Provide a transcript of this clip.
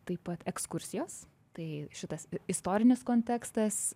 taip pat ekskursijos tai šitas istorinis kontekstas